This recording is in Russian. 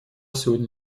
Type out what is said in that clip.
сегодня